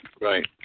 Right